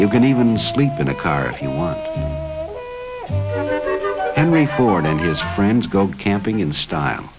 you can even sleep in a car if you want anyway for ninjas friends go camping in style